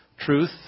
Truth